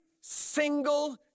single